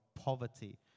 poverty